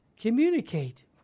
communicate